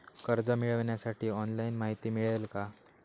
कर्ज मिळविण्यासाठी ऑनलाइन माहिती मिळेल का?